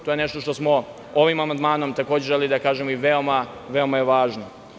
To je nešto što smo ovim amandmanom takođe želeli da kažemo i veoma je važno.